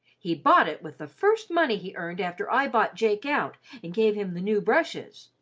he bought it with the first money he earned after i bought jake out and gave him the new brushes.